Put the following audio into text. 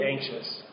anxious